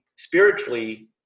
spiritually